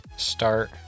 start